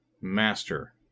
Master